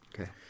Okay